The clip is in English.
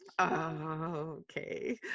Okay